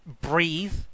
breathe